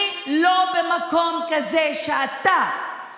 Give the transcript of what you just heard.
אני לא במקום כזה שאתה,